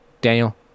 Daniel